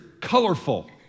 colorful